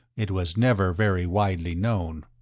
it was never very widely known.